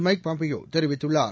mic Pompeo தெரிவித்துள்ளார்